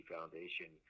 Foundation